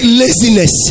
laziness